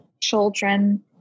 children